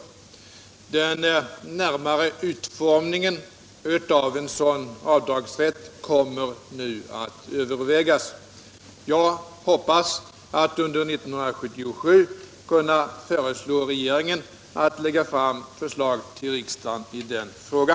Den närmare utformningen av en sådan avdragsrätt kommer nu att övervägas. Jag hoppas att under år 1977 kunna föreslå regeringen att lägga fram förslag till riksdagen i denna fråga.